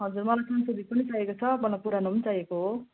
हजुर मलाई संशोधित पनि चाहिएको छ मलाई पुरानो पनि चाहिएको हो